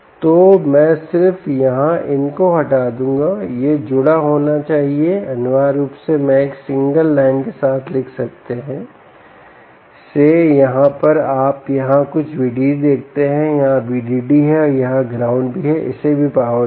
तो मैं सिर्फ यहाँ इन को हटा दूंगा यह जुड़ा होना चाहिए अनिवार्य रूप से मैं एक सिंगल लाइन के साथ लिख सकते हैं से यहाँ पर आप यहाँ कुछ VDD देखते हैं यह VDD है और यह ग्राउंड भी है इसे भी पॉवर चाहिए